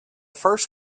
first